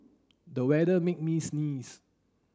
the weather made me sneeze